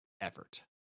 effort